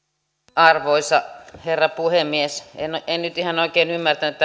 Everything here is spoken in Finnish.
arvoisa herra puhemies en en nyt ihan oikein ymmärtänyt